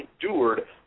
endured